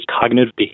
cognitive